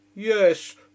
Yes